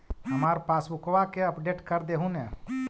हमार पासबुकवा के अपडेट कर देहु ने?